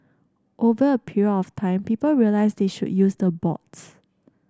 over a period of time people realise they should use the boards